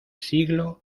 siglo